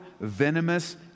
venomous